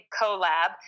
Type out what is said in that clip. collab